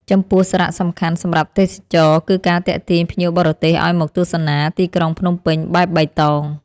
ចំពោះសារៈសំខាន់សម្រាប់ទេសចរណ៍ គឺការទាក់ទាញភ្ញៀវបរទេសឱ្យមកទស្សនាទីក្រុងភ្នំពេញបែបបៃតង។